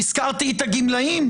והזכרתי את הגמלאים,